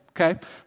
okay